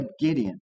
Gideon